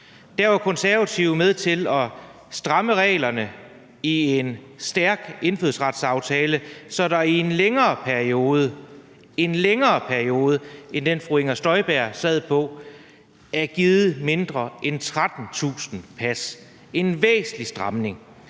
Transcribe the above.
Der var Konservative med til at stramme reglerne i en stærk indfødsretsaftale, så der i en længere periode – en længere periode – end den, fru Inger Støjberg sad, er givet mindre end 13.000 pas. Det er en væsentlig stramning.